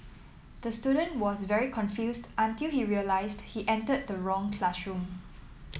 the student was very confused until he realised he entered the wrong classroom